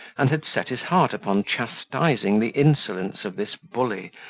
and had set his heart upon chastising the insolence of this bully,